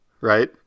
Right